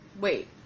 wait